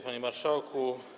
Panie Marszałku!